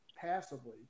passively